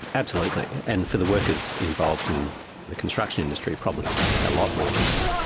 absolutely. and for the workers involved in the construction industry, probably it's a lot more than that,